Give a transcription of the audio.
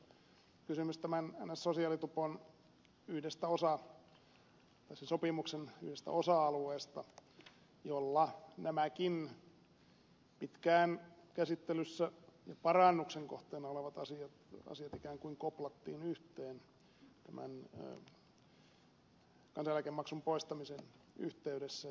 tässähän on nimittäin kysymys niin sanotun sosiaalitupon tämän sopimuksen yhdestä osa alueesta jolla nämäkin pitkään käsittelyssä ja parannuksen kohteena olevat asiat ikään kuin koplattiin yhteen kansaneläkemaksun poistamisen yhteydessä